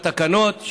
התקנות,